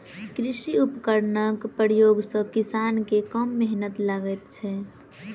कृषि उपकरणक प्रयोग सॅ किसान के कम मेहनैत लगैत छै